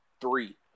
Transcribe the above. three